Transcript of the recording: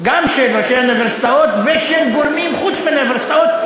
גם של ראשי האוניברסיטאות ושל גורמי חוץ מהאוניברסיטאות,